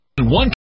one